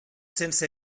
sense